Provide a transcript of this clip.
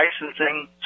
licensing